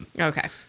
Okay